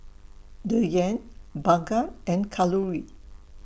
Dhyan Bhagat and Kalluri